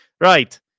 right